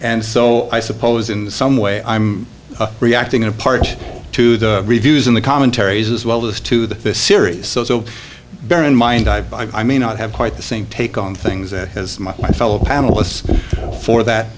and so i suppose in some way i'm reacting in part to the reviews in the commentaries as well this to the series so bear in mind i may not have quite the same take on things that as my fellow panelists for that